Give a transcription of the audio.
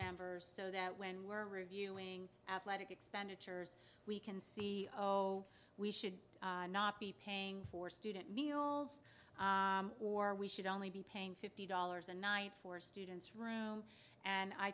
members so that when we're reviewing athletic expenditures we can see so we should not be paying for student meals or we should only be paying fifty dollars a night for students room and i